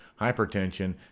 hypertension